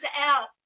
out